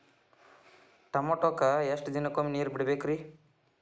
ಟಮೋಟಾಕ ಎಷ್ಟು ದಿನಕ್ಕೊಮ್ಮೆ ನೇರ ಬಿಡಬೇಕ್ರೇ?